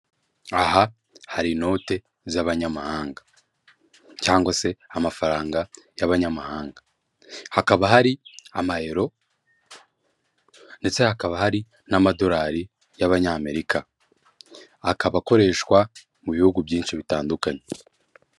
Aha hari inote z'abanyamahanga cyangwa se amafaranga y'abanyamahanga, hakaba hari amayero ndetse hakaba hari n'amadolari y'Abanyamerika, akaba akoreshwa mu bihugu byinshi bitandukanye.